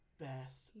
best